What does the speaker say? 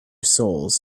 souls